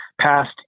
passed